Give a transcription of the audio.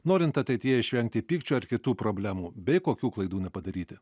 norint ateityje išvengti pykčio ar kitų problemų bei kokių klaidų nepadaryti